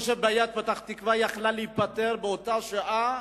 אני חושב שבעיית פתח-תקווה יכלה להיפתר באותה שעה